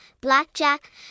blackjack